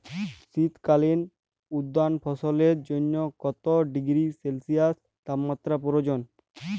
শীত কালীন উদ্যান ফসলের জন্য কত ডিগ্রী সেলসিয়াস তাপমাত্রা প্রয়োজন?